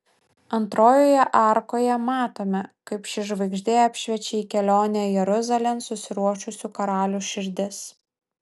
antrojoje arkoje matome kaip ši žvaigždė apšviečia į kelionę jeruzalėn susiruošusių karalių širdis